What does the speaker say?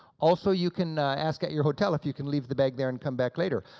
also, you can ask at your hotel if you can leave the bag there and come back later.